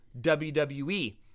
WWE